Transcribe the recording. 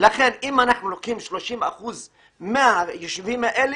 ולכן אם אנחנו לוקחים 30 אחוזים מהיישובים האלה,